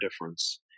difference